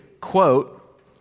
quote